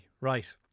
Right